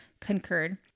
concurred